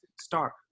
start